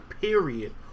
period